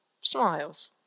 smiles